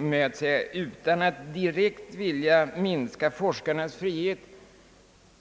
med följande ord: »Utan att direkt vilja minska forskarnas frihet ...».